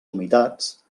humitats